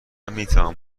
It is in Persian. میتوان